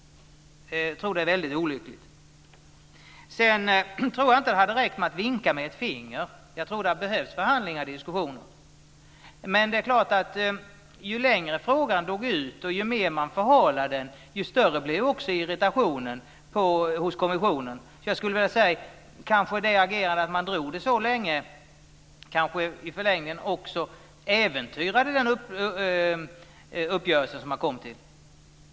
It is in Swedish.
Det vore väldigt olyckligt. Det hade nog inte räckt att vinka med ett finger, utan jag tror att det hade behövts förhandlingar och diskussioner. Men ju längre frågan drog ut på tiden och ju längre man förhalade den, desto större blev också irritationen hos kommissionen. Kanske agerandet att dra ut på det så länge i förlängningen äventyrande uppgörelsen.